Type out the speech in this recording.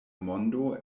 mondo